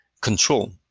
control